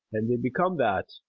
and they become that,